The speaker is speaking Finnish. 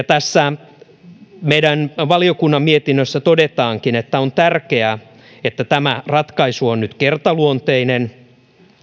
tässä meidän valiokunnan mietinnössä todetaankin että on tärkeää että tämä ratkaisu on nyt kertaluonteinen